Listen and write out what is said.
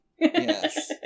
Yes